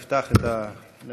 תפתח את הנאומים.